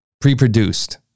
Pre-produced